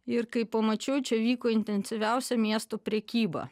ir kai pamačiau čia vyko intensyviausia miesto prekyba